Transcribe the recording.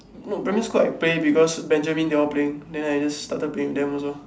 no primary school I play because benjamin they all playing then I just started playing with them also